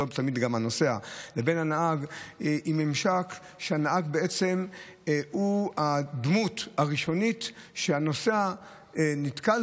לבין הנהג הוא שהנהג הוא הדמות הראשונית שהנוסע נתקל